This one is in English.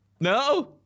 No